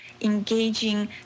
engaging